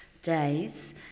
days